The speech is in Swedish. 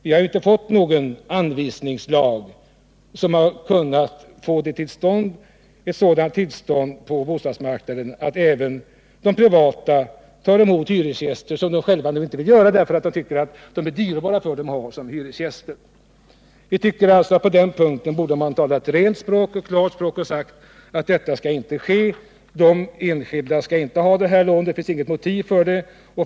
Vi har ju inte fått någon anvisningslag som skapat ett sådant tillstånd på bostadsmarknaden att även privata fastighetsägare måste ta emot hyresgäster som de själva inte vill ha därför att de skulle bli kostnadskrävande. Vi tycker alltså att man på den punkten borde ha talat ett rent och klart språk och uttalat att sådan vägran inte skall få ske. De enskilda fastighetsägarna skall inte ha möjlighet till de aktuella lånen eftersom det inte finns något motiv för det.